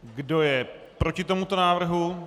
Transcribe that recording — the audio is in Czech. Kdo je proti tomuto návrhu?